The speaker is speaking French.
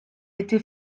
était